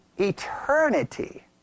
eternity